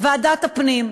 ועדת הפנים,